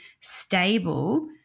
stable